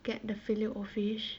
get the filet-O-fish